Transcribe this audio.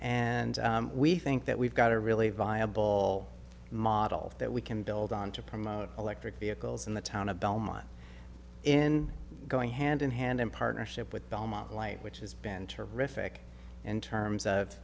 and we think that we've got a really viable model that we can build on to promote electric vehicles in the town of belmont in going hand in hand in partnership with belmont light which has been terrific in terms of